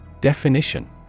Definition